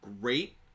great